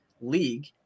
league